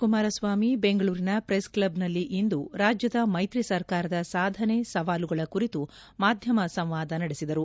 ಕುಮಾರಸ್ವಾಮಿ ಬೆಂಗಳೂರಿನ ಪ್ರೆಸ್ಕ್ಷಬ್ನಲ್ಲಿ ಇಂದು ರಾಜ್ಯದ ಮೈತ್ರಿ ಸರ್ಕಾರದ ಸಾಧನೆ ಸವಾಲುಗಳ ಕುರಿತು ಮಾಧ್ಯಮ ಸಂವಾದ ನಡೆಸಿದರು